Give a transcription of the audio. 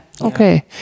Okay